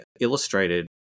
illustrated